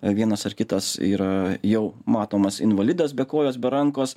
vienas ar kitas yra jau matomas invalidas be kojos be rankos